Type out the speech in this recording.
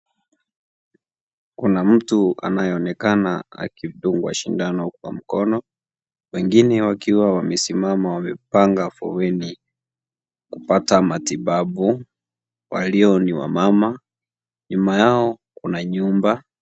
Kuna mtu anayeonekana akidungwa shindano kwa mkono wengine wakiwa wamesimama wamepanga foleni kupata matibabu, walio ni wamama, nyuma yao kuna nyumba.